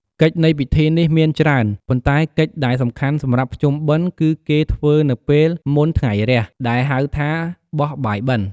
កិច្ចនៃពិធីនេះមានច្រើន ប៉ុន្តែកិច្ចដែលសំខាន់សម្រាប់ភ្ជុំបិណ្ឌ គឺគេធ្វើនៅពេលមុនថ្ងៃរះ ដែលហៅថាបោះបាយបិណ្ឌ។